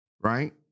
Right